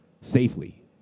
Safely